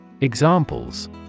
Examples